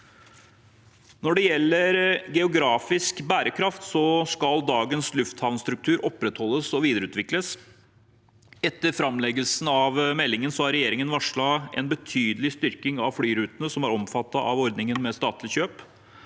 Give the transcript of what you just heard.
Når det gjelder geografisk bærekraft, skal dagens lufthavnstruktur opprettholdes og videreutvikles. Etter framleggelsen av meldingen har regjeringen varslet en betydelig styrking av flyrutene som er omfattet av ordningen med statlige kjøp.